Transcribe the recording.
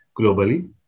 globally